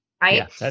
Right